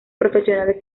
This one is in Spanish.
profesionales